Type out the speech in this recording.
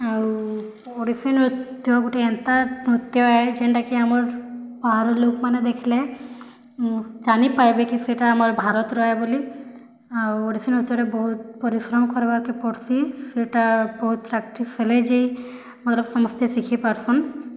ଆଉ ଓଡ଼ିଶୀ ନୃତ୍ୟ ଗୋଟେ ଏନ୍ତା ନୃତ୍ୟ ହେ ଯେନ୍ତା କି ଆମର୍ ବାହାର୍ ଲୋକମାନେ ଦେଖିଲେ ଜାନି ପାରିବେ କି ସେଇଟା ଆମର୍ ଭାରତର ବୋଲି ଆଉ ଓଡ଼ିଶା ସାରା ବହୁତ ପରିଶ୍ରମ କର୍ବାକେ ପଡ଼ୁଛି ସେଇଟା ବହୁତ ପ୍ରାକ୍ଟିସ୍ ହେଲେ ଯାଇ ଭଲ ସମସ୍ତେ ଶିଖି ପାରୁଛନ୍